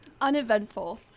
Uneventful